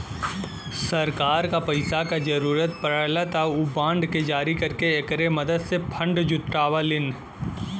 सरकार क पैसा क जरुरत पड़ला त उ बांड के जारी करके एकरे मदद से फण्ड जुटावलीन